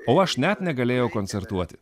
o aš net negalėjau koncertuoti